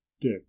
Dick